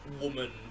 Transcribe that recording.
woman